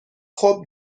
خوب